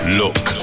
look